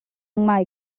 michael